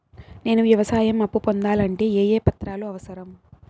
నేను వ్యవసాయం అప్పు పొందాలంటే ఏ ఏ పత్రాలు అవసరం?